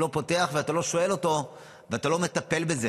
לא פותח ואתה לא שואל אותו ואתה לא מטפל בזה.